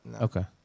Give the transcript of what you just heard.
Okay